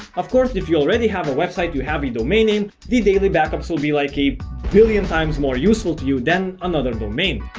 of course if you already have a website you have a domain name, the daily backups will be like a billion times more useful to you than another domain.